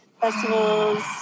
festivals